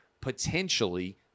potentially